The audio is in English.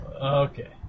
Okay